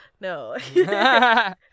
no